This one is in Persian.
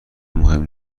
مهم